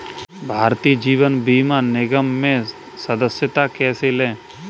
भारतीय जीवन बीमा निगम में सदस्यता कैसे लें?